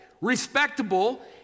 respectable